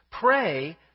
Pray